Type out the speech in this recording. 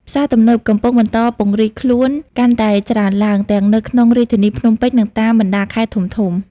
ផ្សារទំនើប កំពុងបន្តពង្រីកខ្លួនកាន់តែច្រើនឡើង ទាំងនៅក្នុងរាជធានីភ្នំពេញ និងតាមបណ្តាខេត្តធំៗ។